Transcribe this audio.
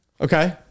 Okay